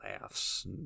laughs